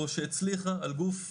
או שהצליחה על גוף,